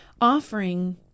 offering